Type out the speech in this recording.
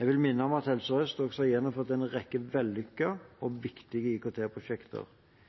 Jeg vil minne om at Helse Sør-Øst også har gjennomført en rekke vellykkede og